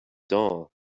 doll